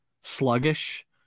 sluggish